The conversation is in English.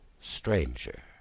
stranger